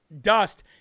dust